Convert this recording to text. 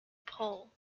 pole